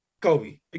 Kobe